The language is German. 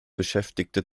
beschäftigte